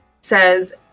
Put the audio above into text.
says